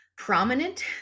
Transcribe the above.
prominent